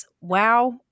Wow